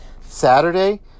Saturday